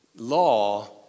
Law